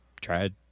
tried